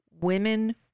women